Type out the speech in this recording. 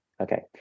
Okay